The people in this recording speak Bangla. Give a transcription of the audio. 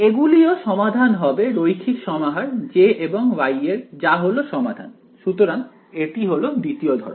এগুলি ও সমাধান হবে রৈখিক সমাহার J এবং Y এর যা হলো সমাধান সুতরাং এটি হলো দ্বিতীয় ধরণ